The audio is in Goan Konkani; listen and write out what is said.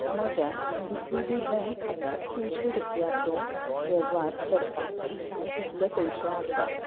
म्हज्या डी सी बी बँक खात्यांत तीनशीं रुपयांचो वेव्हार करपाक जाय तितले पयशे आसा